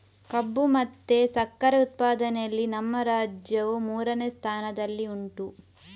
ಕಬ್ಬು ಮತ್ತೆ ಸಕ್ಕರೆ ಉತ್ಪಾದನೆಯಲ್ಲಿ ನಮ್ಮ ರಾಜ್ಯವು ಮೂರನೇ ಸ್ಥಾನದಲ್ಲಿ ಉಂಟು